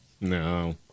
No